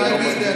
להאמין.